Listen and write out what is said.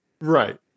right